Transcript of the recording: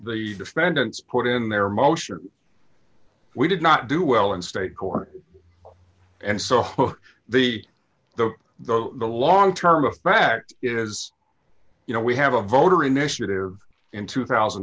the defendants put in their motion we did not do well in state court and so what the the the the long term effect is you know we have a voter initiative in two thousand